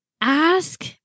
ask